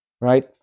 right